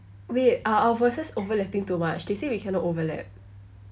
wait are our voices overlapping too much they say we cannot overlap